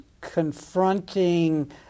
confronting